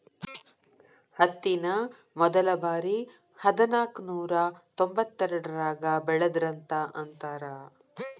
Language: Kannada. ಹತ್ತಿನ ಮೊದಲಬಾರಿ ಹದನಾಕನೂರಾ ತೊಂಬತ್ತೆರಡರಾಗ ಬೆಳದರಂತ ಅಂತಾರ